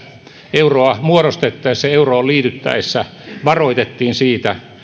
euroa muodostettaessa ja euroon liityttäessä varoitettiin siitä